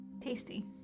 Tasty